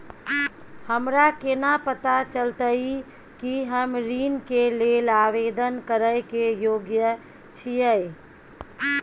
हमरा केना पता चलतई कि हम ऋण के लेल आवेदन करय के योग्य छियै?